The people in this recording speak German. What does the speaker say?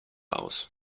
aus